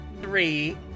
Three